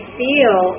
feel